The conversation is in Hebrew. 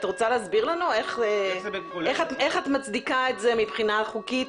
את רוצה להסביר לנו איך את מצדיקה את זה מבחינה חוקית,